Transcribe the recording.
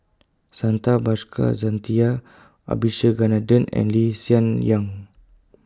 Santha Bhaskar Jacintha Abisheganaden and Lee Sien Yang